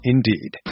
Indeed